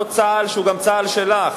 אותו צה"ל שהוא גם צה"ל שלך.